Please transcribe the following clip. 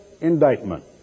indictment